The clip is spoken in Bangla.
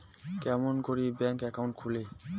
কেমন করি ব্যাংক একাউন্ট খুলে?